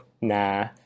nah